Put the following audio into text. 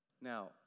Now